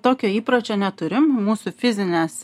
tokio įpročio neturim mūsų fizinės